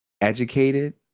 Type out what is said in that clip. educated